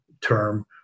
term